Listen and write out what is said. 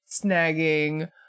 snagging